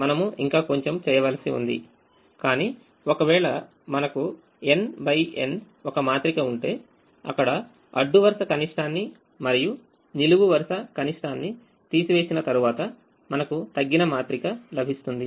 మనము ఇంకా కొంచెము చేయవలసి వుంది కానీ ఒకవేళ మనకుn n ఒక మాత్రిక ఉంటే అక్కడ అడ్డు వరుస కనిష్టాన్ని మరియు నిలువు వరుస కనిష్టాన్ని తీసివేసిన తర్వాత మనకు తగ్గిన మాత్రిక లభిస్తుంది